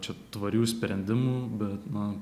čia tvarių sprendimų bet na